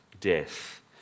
death